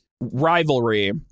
rivalry